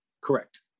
Correct